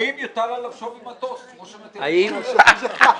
האם יוטל עליו שווי מטוס כמו שמטילים שווי רכב?